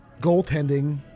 goaltending